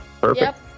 Perfect